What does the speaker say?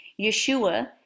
Yeshua